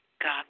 God